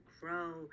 grow